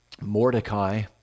Mordecai